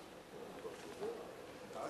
סעיפים 1 4